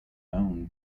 own